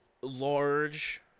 large